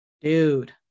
dude